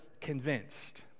convinced